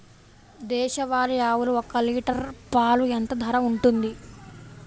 దేశవాలి ఆవులు ఒక్క లీటర్ పాలు ఎంత ధర ఉంటుంది?